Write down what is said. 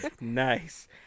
Nice